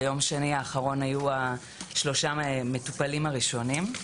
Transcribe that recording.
ביום שני האחרון היו השלושה מטופלים הראשונים.